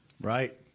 Right